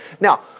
Now